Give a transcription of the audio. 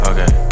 Okay